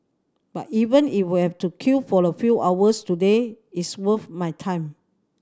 but even if we have to queue for a few hours today it's worth my time